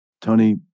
Tony